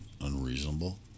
unreasonable